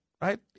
Right